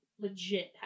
legit